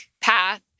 path